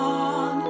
on